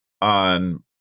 on